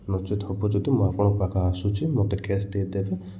ନଚେତ୍ ହେବ ଯଦି ମୁଁ ଆପଣଙ୍କ ପାଖକୁ ଆସୁଛି ମୋତେ କ୍ୟାସ୍ ଦେଇଦେବେ